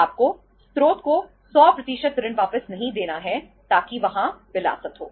आपको स्रोत को 100 ऋण वापस नहीं देना है ताकि वहां विलासिता हो